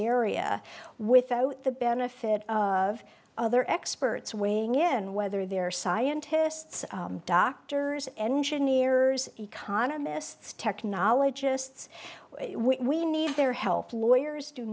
area without the benefit of other experts weighing in whether they're scientists doctors engineers economists technologists we need their help lawyers do